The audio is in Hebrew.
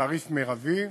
לתעריף מרבי,